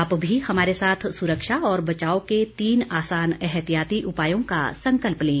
आप भी हमारे साथ सुरक्षा और बचाव के तीन आसान एहतियाती उपायों का संकल्प लें